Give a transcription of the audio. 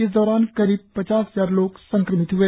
इस दौरान करीब पचास हजार लोग संक्रमित हुए